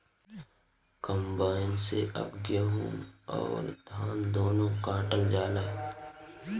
combine से अब गेहूं अउर धान दूनो काटल जाला